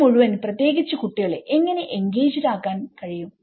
സമൂഹത്തെ മുഴുവൻ പ്രത്യേകിച്ച് കുട്ടികളെ എങ്ങനെ എൻഗേജ്ഡ് ആക്കാൻ കഴിയും